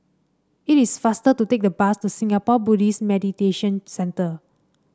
it is faster to take the bus to Singapore Buddhist Meditation Centre